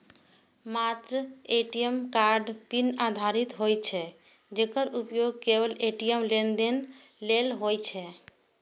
मात्र ATM card pin आधारित होइ छै, जेकर उपयोग केवल ए.टी.एम लेनदेन लेल होइ छै